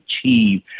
achieve